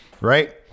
Right